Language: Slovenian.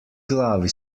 glavi